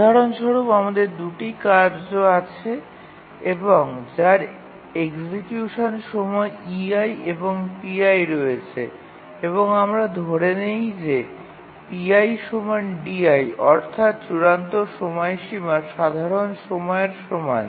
উদাহরণস্বরূপ আমাদের ২ টি কার্য আছে এবং যার এক্সিকিউশন সময় ei এবং pi রয়েছে এবং আমরা ধরে নিই যে pi di অর্থাৎ চূড়ান্ত সময়সীমা সাধারণ সময়ের সমান